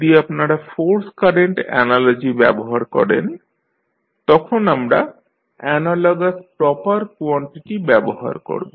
যদি আপনারা force current analogy ব্যবহার করেন তখন আমরা অ্যানালগাস প্রপার কোয়ানটিটি ব্যবহার করব